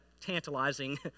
tantalizing